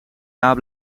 daar